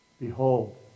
Behold